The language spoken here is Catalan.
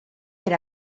per